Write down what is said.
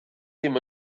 ddim